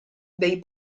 dei